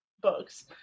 books